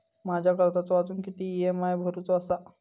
माझ्या कर्जाचो अजून किती ई.एम.आय भरूचो असा?